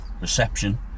reception